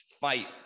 fight